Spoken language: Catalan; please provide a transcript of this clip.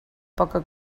poca